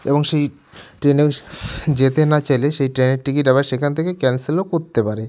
এবং সেই ট্রেনে যেতে না চাইলে সেই ট্রেনের টিকিট আবার সেখান থেকে ক্যান্সেলও করতে পারে